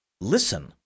Listen